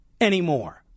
anymore